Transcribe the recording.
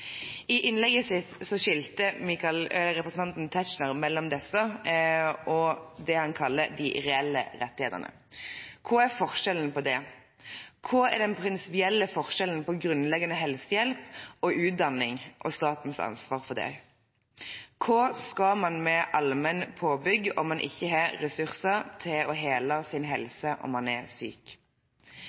I innlegget sitt skilte representanten Tetzschner mellom disse og det han kaller de reelle rettighetene. Hva er forskjellen på det? Hva er den prinsipielle forskjellen på grunnleggende helsehjelp og utdanning og statens ansvar for det? Hva skal man med allmenn påbygg om man ikke har ressurser til å hele sin helse om man er syk?